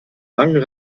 langen